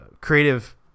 creative